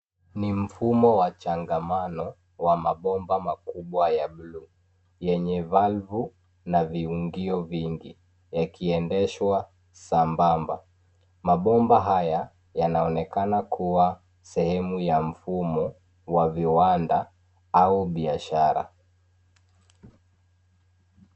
Ni mfumo wa changamano wa mabomba makubwa ya blue , yenye valvu na viundio vingi, yakiendeshwa sambamba. Mabomba haya, yanaonekana kuwa sehemu ya mfumo wa viwanda au biashara.